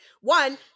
One